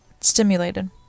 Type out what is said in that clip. stimulated